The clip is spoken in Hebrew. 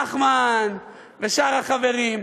נחמן ושאר החברים,